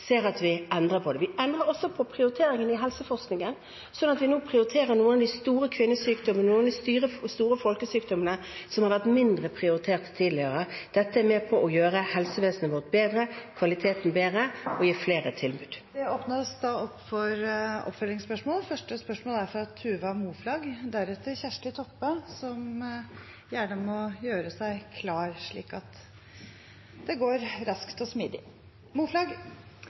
ser at vi endrer på det. Vi endrer også på prioriteringen i helseforskningen, slik at vi nå prioriterer noen av de store kvinnesykdommene, noen av de store folkesykdommene som har vært mindre prioritert tidligere. Dette er med på å gjøre helsevesenet vårt bedre, kvaliteten bedre og gi flere tilbud. Tuva Moflag – til oppfølgingsspørsmål. Det å få barn skjer i Norge hver eneste dag, men det er